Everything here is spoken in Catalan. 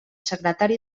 secretari